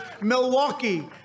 Milwaukee